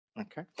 Okay